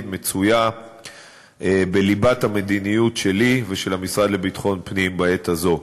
מצויה בליבת המדיניות שלי ושל המשרד לביטחון פנים בעת הזו.